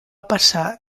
passar